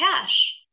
cash